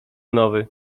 nowy